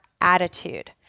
attitude